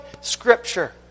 scripture